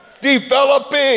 developing